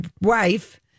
wife